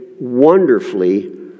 wonderfully